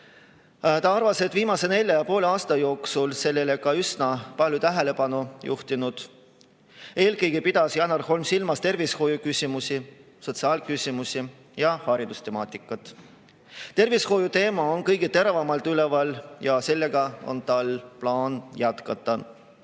Ta arvas, et viimase nelja ja poole aasta jooksul on ta sellele ka üsna palju tähelepanu juhtinud. Eelkõige pidas Janar Holm silmas tervishoiuküsimusi, sotsiaalküsimusi ja haridustemaatikat. Tervishoiuteema on kõige teravamalt üleval ja sellega on tal plaan jätkata.